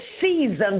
season